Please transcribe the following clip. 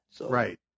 Right